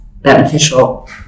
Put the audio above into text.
beneficial